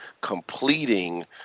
completing